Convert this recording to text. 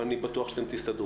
אבל אני בטוח שאתם תסתדרו.